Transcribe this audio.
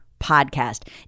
podcast